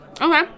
Okay